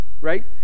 Right